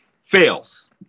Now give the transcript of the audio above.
fails